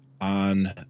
on